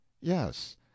yes